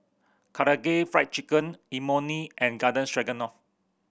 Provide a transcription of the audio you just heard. Karaage Fried Chicken Imoni and Garden Stroganoff